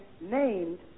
named